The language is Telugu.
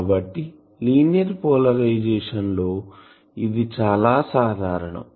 కాబట్టి పోలరైజేషన్ లో ఇది చాలా సాధారణం